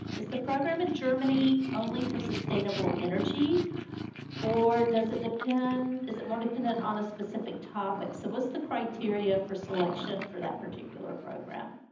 is the program in germany only for sustainable energy or does it depend? is it more dependent on a specific topic? topic? so what's the criteria for selection for that particular program?